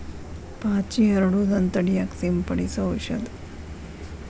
ಪಾಚಿ ಹರಡುದನ್ನ ತಡಿಯಾಕ ಸಿಂಪಡಿಸು ಔಷದ